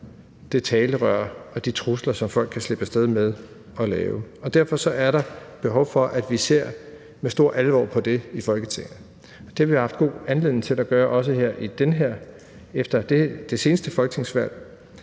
det talerør og de trusler, som folk kan slippe af sted med at lave, er accelereret. Derfor er der behov for, at vi ser med stor alvor på det i Folketinget. Det har vi haft god anledning til at gøre efter det seneste folketingsvalg.